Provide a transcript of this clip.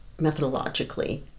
methodologically